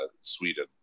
Sweden